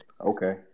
Okay